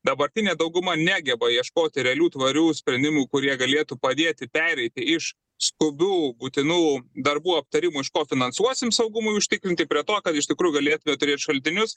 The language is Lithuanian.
dabartinė dauguma negeba ieškoti realių tvarių sprendimų kurie galėtų padėti pereiti iš skubių būtinų darbų aptarimų iš ko finansuosim saugumui užtikrinti prie to ką iš tikrųjų galėtume turėt šaltinius